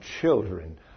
children